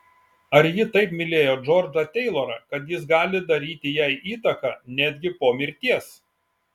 ar ji taip mylėjo džordžą teilorą kad jis gali daryti jai įtaką netgi po mirties